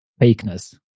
fakeness